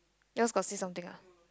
yours got say something ah